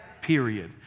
period